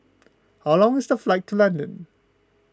how long is the flight to London